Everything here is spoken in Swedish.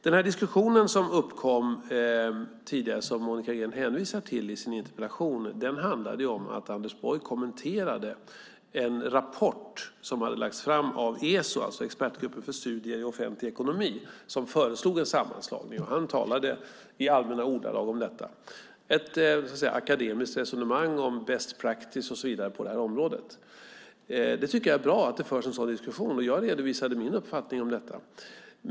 Den diskussion som uppkom tidigare, som Monica Green hänvisar till i sin interpellation, handlade om att Anders Borg kommenterade en rapport som hade lagts fram av Eso, Expertgruppen för studier i offentlig ekonomi, som föreslog en sammanslagning. Han talade i allmänna ordalag om detta, och det var ett akademiskt resonemang om best practice och så vidare på detta område. Jag tycker att det är bra att det förs en sådan diskussion, och jag redovisade min uppfattning om detta.